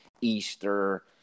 Easter